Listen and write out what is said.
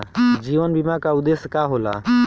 जीवन बीमा का उदेस्य का होला?